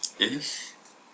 Yes